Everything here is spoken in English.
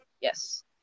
yes